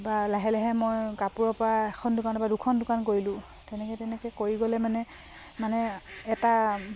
বা লাহে লাহে মই কাপোৰৰ পৰা এখন দোকানৰ পৰা দুখন দোকান কৰিলোঁ তেনেকে তেনেকে কৰি গ'লে মানে মানে এটা